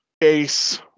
base